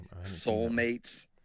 Soulmates